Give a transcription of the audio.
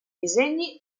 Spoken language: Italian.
disegni